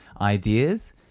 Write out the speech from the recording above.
ideas